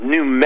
New